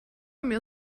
mir